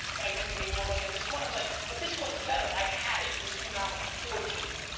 but i knew we made more money on this one, i was like but this one's better. i had it, it was phenomenal, i'm fourteen.